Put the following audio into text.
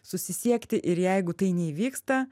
susisiekti ir jeigu tai neįvyksta